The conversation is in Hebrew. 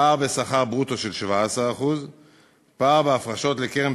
פער בשכר ברוטו של 17%; פער בהפרשות לקרן